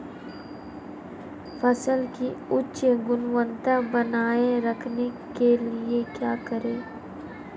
फसल की उच्च गुणवत्ता बनाए रखने के लिए क्या करें?